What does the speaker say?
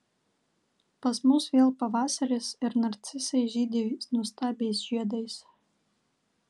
pas mus vėl pavasaris ir narcizai žydi nuostabiais žiedais